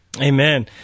Amen